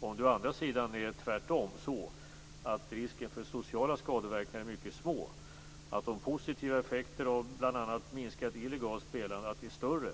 Om det å andra sidan är tvärtom, dvs. att risken för sociala skadeverkningar är små, att de positiva effekterna av bl.a. minskat illegalt spelande blir större,